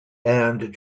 and